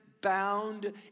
bound